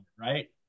right